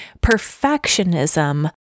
perfectionism